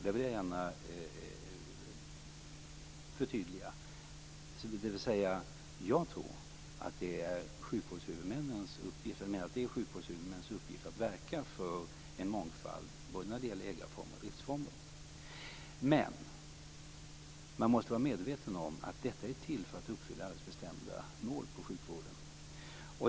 Där vill jag gärna förtydliga och säga att jag menar att det är sjukvårdshuvudmännens uppgift att verka för en mångfald både när det gäller ägarformer och driftsformer. Men man måste vara medveten om att detta är till för att uppfylla alldeles bestämda mål i sjukvården.